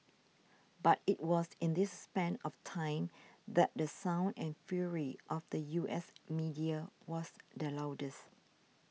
but it was in this span of time that the sound and fury of the U S media was the loudest